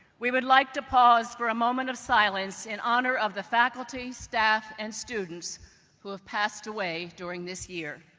we would like to pause for a moment of silence in honor of the faculty, staff, and students who have passed away during this year.